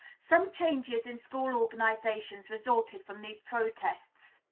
some changes in school organizations resulted from these protests